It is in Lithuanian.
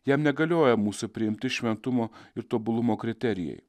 jam negalioja mūsų priimti šventumo ir tobulumo kriterijai